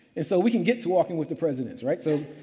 and so, we can get to walking with the president's, right? so,